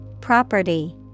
property